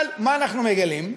אבל מה אנחנו מגלים?